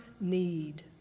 need